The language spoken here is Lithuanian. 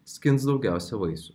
skins daugiausia vaisių